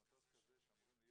במטוס כזה,